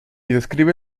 describe